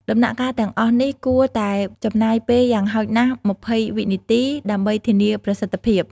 ដំណាក់កាលទាំងអស់នេះគួរតែចំណាយពេលយ៉ាងហោចណាស់ ២០ វិនាទី ដើម្បីធានាប្រសិទ្ធភាព។